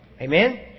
Amen